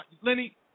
Lenny